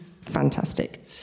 fantastic